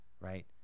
right